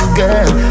girl